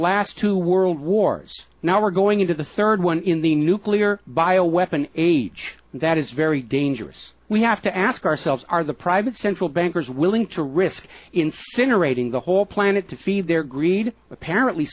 last two world wars now we're going into the third one in the nuclear bio weapon age that is very dangerous we have to ask ourselves are the private central bankers willing to risk generating the whole planet to feed their greed apparently